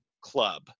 club